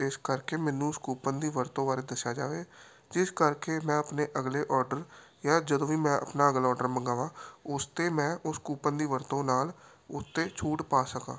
ਇਸ ਕਰਕੇ ਮੈਨੂੰ ਉਸ ਕੂਪਨ ਦੀ ਵਰਤੋਂ ਬਾਰੇ ਦੱਸਿਆ ਜਾਵੇ ਜਿਸ ਕਰਕੇ ਮੈਂ ਆਪਣੇ ਅਗਲੇ ਔਡਰ ਜਾਂ ਜਦੋਂ ਵੀ ਮੈਂ ਆਪਣਾ ਅਗਲਾ ਔਡਰ ਮੰਗਾਵਾਂ ਉਸ 'ਤੇ ਮੈਂ ਉਸ ਕੂਪਨ ਦੀ ਵਰਤੋਂ ਨਾਲ ਉੱਤੇ ਛੂਟ ਪਾ ਸਕਾਂ